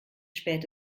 spät